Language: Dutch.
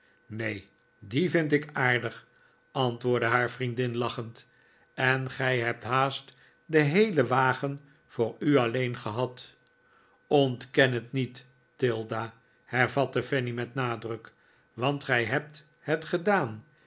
neen die vind ik aardig antwoordde haar vriendin lachend en gij hebt haast den heelen wagen voor u alleen gehad ontken het niet tilda hervatte fanny met nadruk want gij hebt het gedaan